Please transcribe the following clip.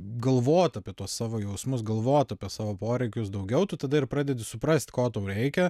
galvot apie tuos savo jausmus galvot apie savo poreikius daugiau tu tada ir pradedi suprast ko tau reikia